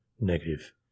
Negative